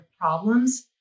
problems